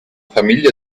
famiglia